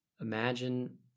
imagine